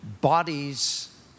bodies